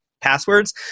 passwords